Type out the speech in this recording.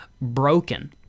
broken